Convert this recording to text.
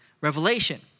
revelation